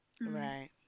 right